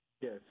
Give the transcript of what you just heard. Yes